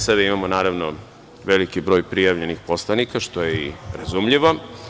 Sada imamo, naravno, veliki broj prijavljenih poslanika, što je razumljivo.